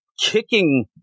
kicking